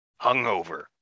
hungover